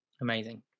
amazing